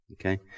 Okay